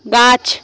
গাছ